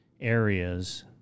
areas